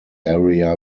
area